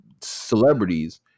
celebrities